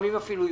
לפעמים אף יותר.